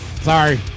Sorry